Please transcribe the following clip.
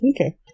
Okay